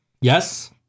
Yes